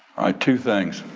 right, two things.